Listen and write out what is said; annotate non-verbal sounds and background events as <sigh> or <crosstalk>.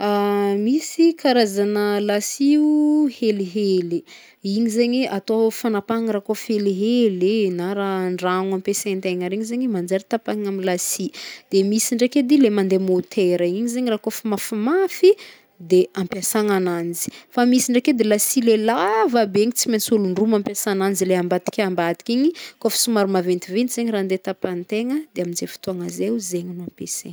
<hesitation> Misy karazagna lasy io <hesitation> helihely, igny zegny atao fagnapahagna raha koa fa helihely na raha andragno ampiasaintegna regny zegny manjary tapahana amy lasy, de misy ndraiky edy le mande motera igny zegny raha koa fa mafimafy de ampiasagna agnanjy, misy ndraiky edy lasy le lavabe igny tsy maintsy ôlon-droa mampiasa agnanjy le ambadiky ambadiky igny kaofa somary maventiventy zegny raha ande tapahintegna de amizay fotoagna zay zegny no ampiasaigna.